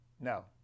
No